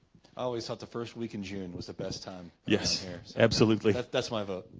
always thought the first week in june was the best time yes absolutely that's my vote